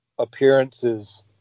appearances